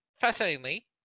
fascinatingly